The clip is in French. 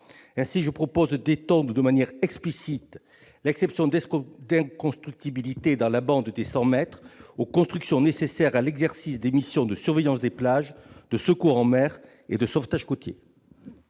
Ainsi, je propose d'étendre de manière explicite l'exception d'inconstructibilité dans la bande des 100 mètres aux constructions nécessaires à l'exercice des missions de surveillance des plages, de secours et mer et de sauvetage côtier.